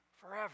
forever